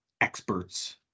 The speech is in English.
experts